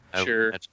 Sure